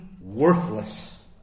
worthless